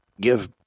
give